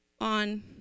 on